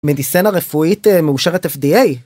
מדיסצינה רפואית מאושרת FDA